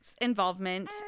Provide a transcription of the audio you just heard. involvement